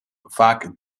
vaak